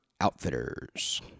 Outfitters